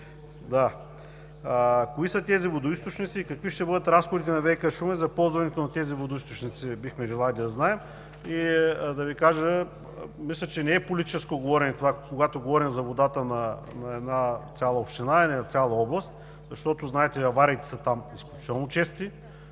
Кои са тези водоизточници и какви ще бъдат разходите на ВиК – Шумен, за ползването на тези водоизточници, бихме желали да знаем. Мисля, че не е политическо говорене това, когато говорим за водата на цяла една община или на цяла област, защото знаете, че авариите там са изключително чести